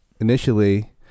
initially